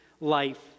life